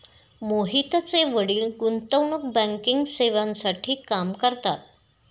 मोहितचे वडील गुंतवणूक बँकिंग सेवांसाठी काम करतात